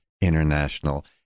international